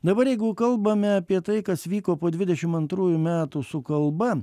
dabar jeigu kalbame apie tai kas vyko po dvidešim antrųjų metų su kalba